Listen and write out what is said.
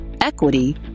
equity